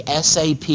SAP